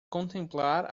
contemplar